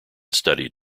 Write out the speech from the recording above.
studied